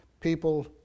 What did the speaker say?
people